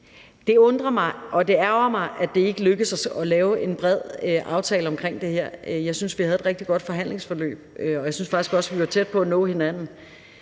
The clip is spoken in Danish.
Det undrer mig og det ærgrer mig, at det ikke lykkedes at lave en bred aftale om det her. Jeg synes, vi havde et rigtig godt forhandlingsforløb, og jeg synes faktisk også, at vi var tæt på at nå hinanden.